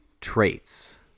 traits